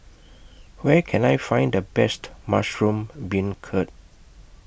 Where Can I Find The Best Mushroom Beancurd